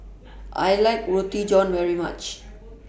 I like Roti John very much